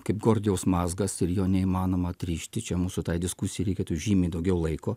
kaip gordijaus mazgas ir jo neįmanoma atrišti čia mūsų tai diskusijai reikėtų žymiai daugiau laiko